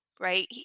right